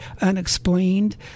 unexplained